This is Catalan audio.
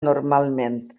normalment